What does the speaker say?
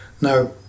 Now